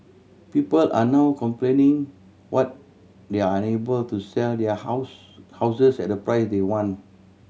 people are now complaining what they are unable to sell their house houses at the price they want